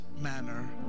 manner